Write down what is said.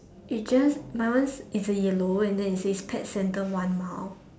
it just my one is a yellow and then it says pet center one mile